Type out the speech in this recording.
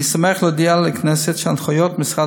אני שמח להודיע לכנסת שהנחיות משרד